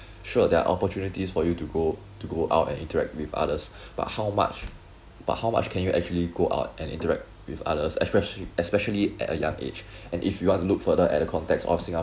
sure there are opportunities for you to go to go out and interact with others but how much but how much can you actually go out and interact with others especia~ especially at a young age and if you want to look further at the context of singapore